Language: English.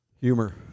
humor